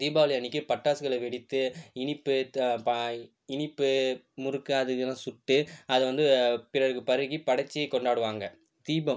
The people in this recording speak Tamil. தீபாவளி அன்றைக்கு பட்டாசுகளை வெடித்து இனிப்பு இனிப்பு முறுக்கு அது இதுன்னு சுட்டு அதை வந்து பிறருக்கு பருகி படச்சு கொண்டாடுவாங்க தீபம்